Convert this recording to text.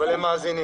אבל הם מאזינים.